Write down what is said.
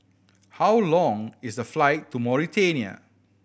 how long is the flight to Mauritania